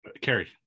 Carrie